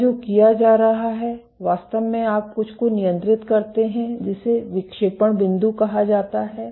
क्या जो किया जा रहा है वास्तव में आप कुछ को नियंत्रित करते हैं जिसे विक्षेपण बिंदु कहा जाता है